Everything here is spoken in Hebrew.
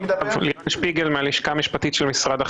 מי מדבר?